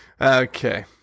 Okay